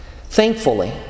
Thankfully